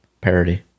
Parody